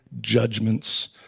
judgments